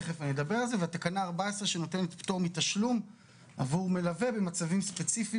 ותקנה 14 שנותנת פטור מתשלום עבור מלווה במצבים ספציפיים